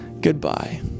Goodbye